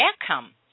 outcome